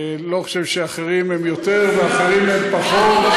אני לא חושב שאחרים הם יותר ואחרים הם פחות,